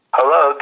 Hello